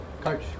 Coach